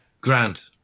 Grant